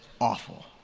awful